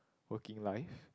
working life